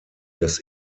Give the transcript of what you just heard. des